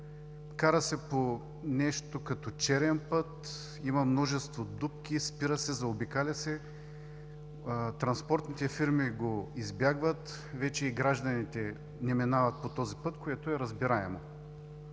Кара се по като нещо по черен път, има множество дупки, спира се, заобикаля се, транспортните фирми го избягват, вече и гражданите не минават по този път, което е разбираемо.